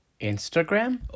Instagram